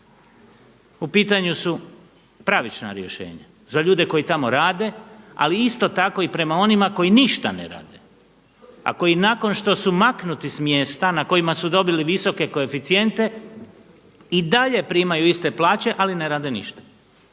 U pitanju su pravična rješenja za ljude koji tamo rade, ali isto tako i prema onima koji ništa ne rade a koji nakon što su maknuti s mjesta na kojima su dobili visoke koeficijente i dalje primaju iste plaće ali ne rade ništa.